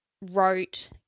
wrote